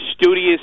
studious